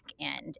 end